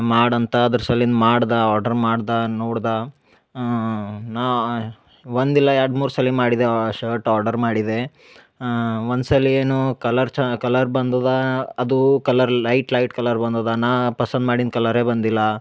ಮಾಡಂಥ ಅದರ ಸಲಿಂದ ಮಾಡ್ದ ಆರ್ಡ್ರ್ ಮಾಡ್ದ ನೋಡ್ದ ನಾ ಒಂದಿಲ್ಲ ಎರಡು ಮೂರು ಸಲಿ ಮಾಡಿದೆ ಆ ಶರ್ಟ್ ಆರ್ಡರ್ ಮಾಡಿದೆ ಒಂದ್ಸಲಿ ಏನೂ ಕಲರ್ ಚ ಕಲರ್ ಬಂದದ ಅದೂ ಕಲರ್ ಲೈಟ್ ಲೈಟ್ ಕಲರ್ ಬಂದದ ನಾ ಪಸಂದು ಮಾಡಿನ ಕಲರೇ ಬಂದಿಲ್ಲಾ